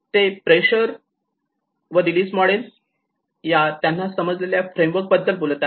आणि ते प्रेशर व रिलीज मॉडेल या त्यांना समजलेल्या फ्रेमवर्क बद्दल बोलत आहेत